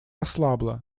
ослабла